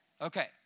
Okay